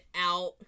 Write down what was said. out